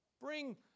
Bring